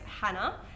Hannah